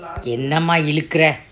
என்ன:enna mah இல்லுகிறே:illukire